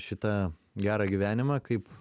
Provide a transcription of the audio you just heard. šitą gerą gyvenimą kaip